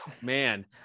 man